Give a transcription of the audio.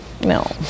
No